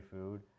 food